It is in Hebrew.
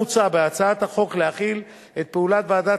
מוצע בהצעת החוק להחיל על פעולת ועדת